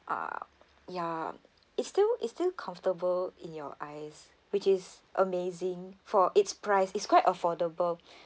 uh ya it's still it's still comfortable in your eyes which is amazing for its price is quite affordable